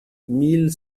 mille